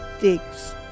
digs